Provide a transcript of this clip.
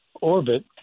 orbit